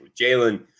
Jalen